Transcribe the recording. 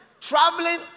Traveling